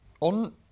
on